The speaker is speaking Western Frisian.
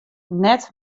net